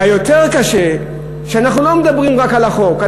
והיותר קשה, שאנחנו לא מדברים רק על החוק.